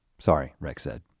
sorry, rex said.